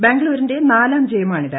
ബാംഗ്ലൂരിന്റെ നാലാം ജയമാണിത്